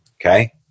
okay